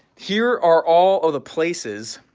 here are all of the places,